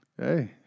Hey